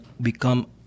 become